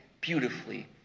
beautifully